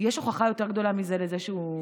יש הוכחה יותר גדולה מזה לזה שהוא,